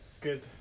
Good